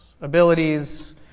abilities